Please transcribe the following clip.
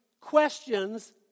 questions